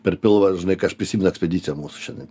per pilvą ar žinai ką aš prisimenu ekspedicijoj mus čionai